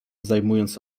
zajmując